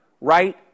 right